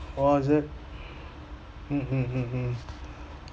was it mmhmm hmm hmm